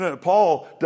Paul